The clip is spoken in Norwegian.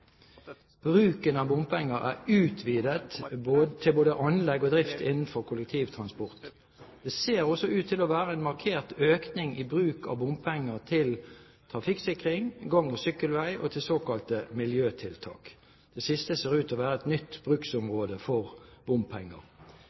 Bruken av bompenger er utvidet til både anlegg og drift innenfor kollektivtransport. Det ser også ut til å være en markert økning i bruk av bompenger til trafikksikring, til gang- og sykkelvei og til såkalte miljøtiltak. Dette siste ser ut til være et nytt bruksområde for bompenger.